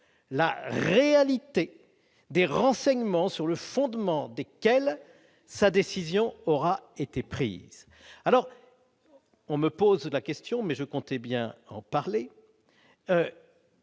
la réalité des renseignements sur le fondement des quelle sa décision aura été prise, alors on me pose la question mais je comptais bien en parler.